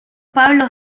pablo